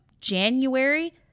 January